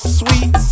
sweet